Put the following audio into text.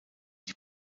die